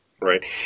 right